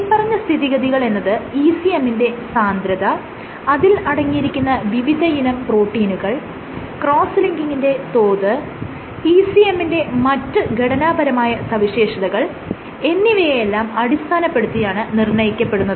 മേല്പറഞ്ഞ സ്ഥിതിഗതികൾ എന്നത് ECM മിന്റെ സാന്ദ്രത അതിൽ അടങ്ങിയിരിക്കുന്ന വിവിധയിനം പ്രോട്ടീനുകൾ ക്രോസ്സ് ലിങ്കിംഗിന്റെ തോത് ECM ന്റെ മറ്റ് ഘടനാപരമായ സവിശേഷതകൾ എന്നിവയെ എല്ലാം അടിസ്ഥാനപ്പെടുത്തിയാണ് നിർണ്ണയിക്കപ്പെടുന്നത്